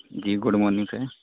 جی good morning سر